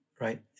right